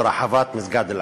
וברחבת מסגד אל-אקצא.